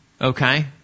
okay